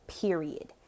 period